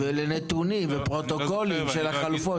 ולנתונים ופרוטוקולים של החלופות.